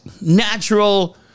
natural